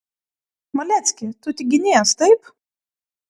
malecki tu tik ginies taip